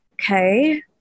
Okay